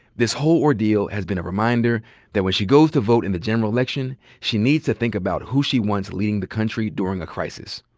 this whole ordeal has been a reminder that when she goes to vote in the general election she needs to think about who she wants leading the country during a crisis.